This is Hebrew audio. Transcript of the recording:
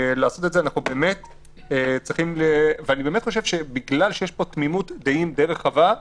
אני באמת חושב שבגלל שיש פה תמימות דעים די רחבה,